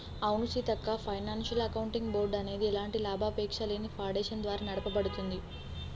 అవును Seethakka financial accounting board అనేది ఎలాంటి లాభాపేక్షలేని ఫాడేషన్ ద్వారా నడపబడుతుంది